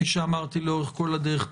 כפי שאמרתי לאורך כל הדרך,